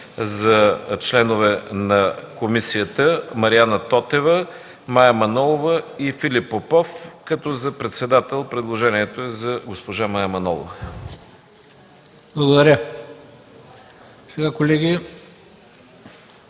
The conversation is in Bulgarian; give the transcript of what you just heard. за членове на комисията Мариана Тотева, Мая Манолова и Филип Попов, като за председател предложението ни е за госпожа Мая Манолова.